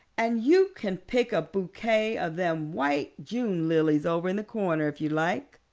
and you can pick a bouquet of them white june lilies over in the corner if you like.